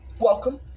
welcome